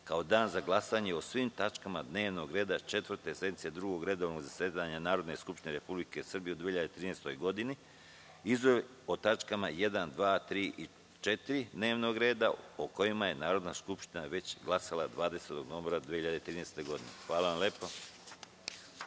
kao dan za glasanje o svim tačkama dnevnog reda Četvrte sednice Drugog redovnog zasedanja Narodne skupštine Republike Srbije u 2013. godini, izuzev o tačkama 1, 2, 3. i 4. dnevnog reda, o kojima je Narodna skupština već glasala 20. novembra 2013. godine. Hvala svima